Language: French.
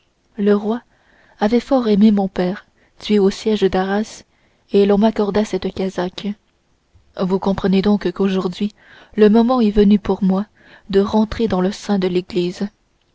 le roi avait fort aimé mon père tué au siège d'arras et l'on m'accorda cette casaque vous comprenez donc qu'aujourd'hui le moment est venu pour moi de rentrer dans le sein de l'église